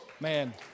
Man